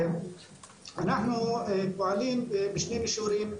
אנחנו פועלים בשני מישורים,